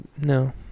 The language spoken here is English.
no